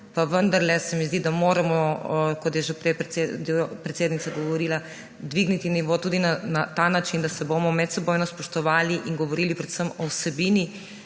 pa vendarle se mi zdi, da moramo, kot je že prej predsednica govorila, dvigniti nivo tudi na ta način, da se bomo medsebojno spoštovali in govorili predvsem o vsebini,